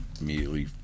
immediately